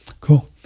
Cool